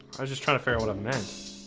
i? just try to fair. what up, man?